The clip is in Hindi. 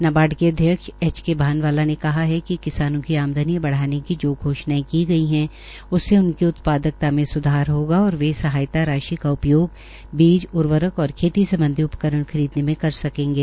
नाबार्ड के अध्यक्ष एच के भानवाला ने कहा कि किसानों की आमदनी बढ़ाने की जो घोषणायें की गई है उससे उनकी उत्पादकता में सुधार होगा और वे सहायता राशि का उपयोग बीज उर्वरक औ खेती सम्बधी उपकरण खरीदने में कर सकेंगे